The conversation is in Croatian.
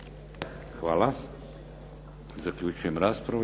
Hvala. Zaključujem raspravu.